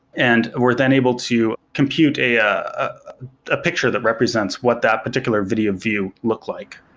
and we're then able to compute a a a picture that represents what that particular video view look like.